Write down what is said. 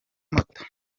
moto